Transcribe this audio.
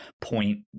point